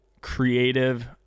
creative